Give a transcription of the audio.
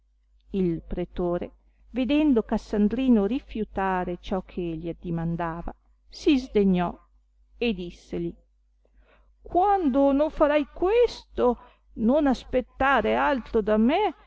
il pretore vedendo cassandrino rifiutare ciò che gli addimandava si sdegnò e disseli quando non farai questo non aspettare altro da me